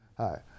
Hi